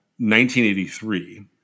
1983